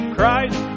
Christ